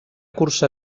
cursar